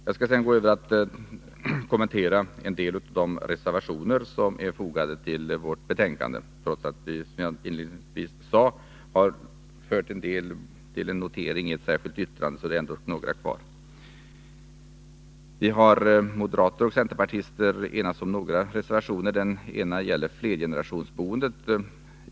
Trots att vi, som jag inledningsvis sade, har fört en del resonemang till noteringar i form av särskilda yttranden, har det ändå avgivits några reservationer. Jag skall nu gå över till att kommentera en del av dem. Moderater och centerpartister har enats om några reservationer. En av dem gäller flergenerationsboendet.